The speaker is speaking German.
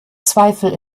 zweifel